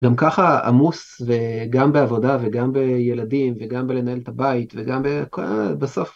גם ככה עמוס וגם בעבודה וגם בילדים וגם בלנהל את הבית וגם בסוף.